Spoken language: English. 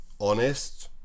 honest